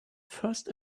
first